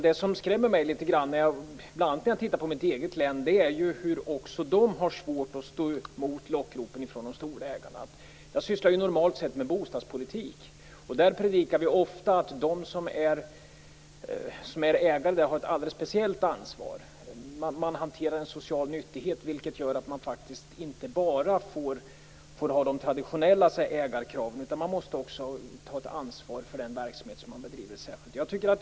Det som skrämmer mig litet grand, t.ex. när jag tittar på mitt eget län, är hur man också där har svårt att stå emot lockropen från de stora ägarna. Normalt sysslar jag med bostadspolitik. Där predikar vi ofta att ägarna har ett alldeles speciellt ansvar. Man hanterar en social nyttighet, vilket gör att det inte bara handlar om de traditionella ägarkraven. Man måste också ta ett särskilt ansvar för den verksamhet som man bedriver.